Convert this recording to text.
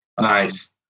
nice